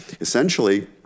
Essentially